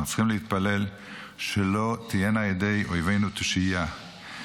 אנחנו צריכים להתפלל שלא תהיינה ידי אויבינו תושייה.